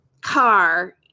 car